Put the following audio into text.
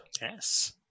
Yes